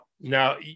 now